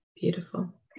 Beautiful